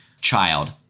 child